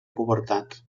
pubertat